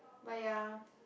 but ya